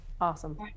awesome